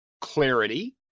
clarity